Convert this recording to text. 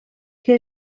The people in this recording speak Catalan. que